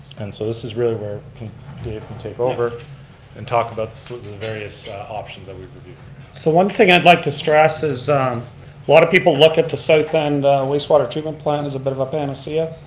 and so this is really where dave can take over and talk about sort of the various options that we've reviewed. so one thing i'd like to stress is a um lot of people look at the south end wastewater treatment plant as a bit of a panacea.